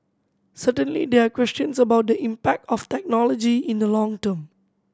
certainly there are questions about the impact of technology in the long term